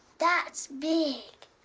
that's big.